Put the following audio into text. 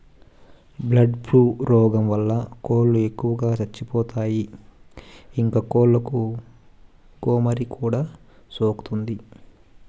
bird flu రోగం వలన కోళ్ళు ఎక్కువగా చచ్చిపోతాయి, ఇంకా కోళ్ళకు గోమారి కూడా సోకుతాది